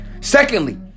secondly